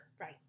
right